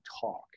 talk